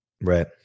Right